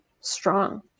strong